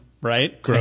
right